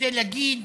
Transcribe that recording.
כדי להגיד: